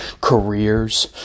careers